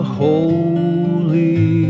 holy